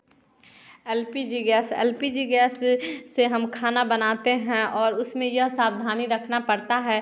L P G gas L P G gas से हम खाना बनाते हैं और उसमें यह सावधानी रखना पड़ता है